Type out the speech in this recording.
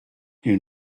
you